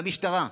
והמשטרה,